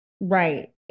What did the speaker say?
Right